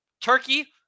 Turkey